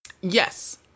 Yes